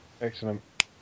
excellent